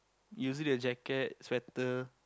usually a jacket sweater